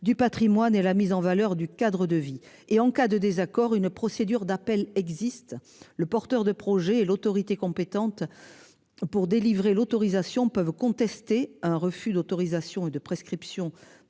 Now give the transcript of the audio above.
du Patrimoine et la mise en valeur du Cadre de vie et en cas de désaccord. Une procédure d'appel existe le porteur de projet et l'autorité compétente. Pour délivrer l'autorisation peuvent contester un refus d'autorisation et de prescriptions